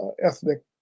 ethnic